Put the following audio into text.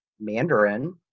Mandarin